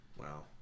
Wow